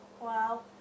Wow